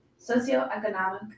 socioeconomic